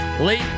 late